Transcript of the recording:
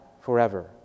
forever